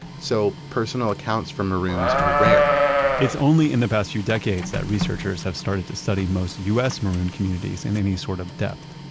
so personal accounts from maroons are rare it's only in the past few decades that researchers have started to study most us maroon communities in any sort of depth.